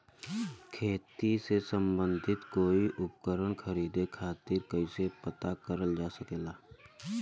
खेती से सम्बन्धित कोई उपकरण खरीदे खातीर कइसे पता करल जा सकेला?